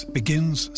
begins